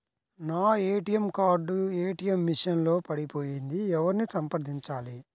నా ATM card ATM machine లో పడిపోయింది ఎవరిని సంప్రదించాలి?